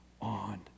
on